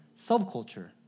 subculture